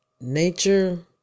nature